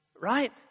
Right